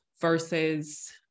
versus